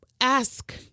ask